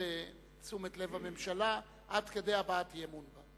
לתשומת לב הממשלה עד כדי הבעת אי-אמון בה,